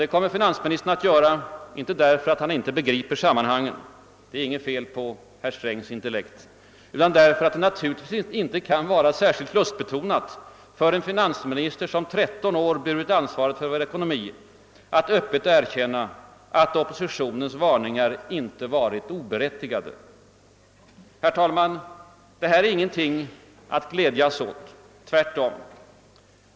Det kommer han att göra, inte därför att han inte begriper sammanhangen — det är inte något fel på herr Strängs intellekt — utan därför att det naturligtvis inte kan vara särskilt lustbetonat för en finansminister som i tretton år burit ansvaret för vår ekonomi att öppet erkänna att oppositionens varningar inte varit oberättigade. Detta är ingenting att glädjas åt — tvärtom.